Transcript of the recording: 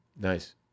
Nice